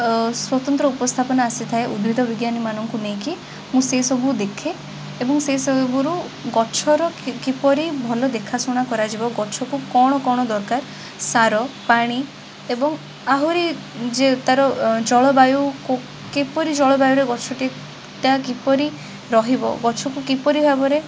ଓ ସ୍ବତନ୍ତ୍ର ଉପସ୍ଥାପନା ଆସିଥାଏ ଉଦ୍ଭିଦ ବିଜ୍ଞାନୀମାନଙ୍କୁ ନେଇକି ମୁଁ ସେସବୁ ଦେଖେ ଏବଂ ମୁଁ ସେଇସବୁରୁ ଗଛର କିପରି ଭଲ ଦେଖାଶୁଣା କରାଯିବ ଗଛକୁ କ'ଣ କ'ଣ ଦରକାର ସାର ପାଣି ଏବଂ ଆହୁରି ଯେ ତାର ଅ ଜଳବାୟୁକୁ କିପରି ଜଳବାୟୁରେ ଗଛଟି ତାହା କିପରି ରହିବ ଗଛକୁ କିପରି ଭାବରେ